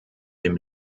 dem